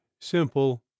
simple